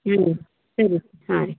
ಹ್ಞೂ ಸರಿ ಹಾಂ ರೀ